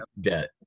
debt